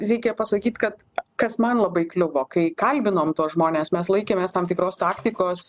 reikia pasakyt kad kas man labai kliuvo kai kalbinom tuos žmones mes laikėmės tam tikros taktikos